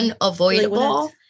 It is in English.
unavoidable